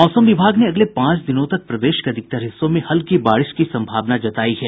मौसम विभाग ने अगले पांच दिनों तक प्रदेश के अधिकतर हिस्सों में हल्की बारिश की सम्भावना जतायी है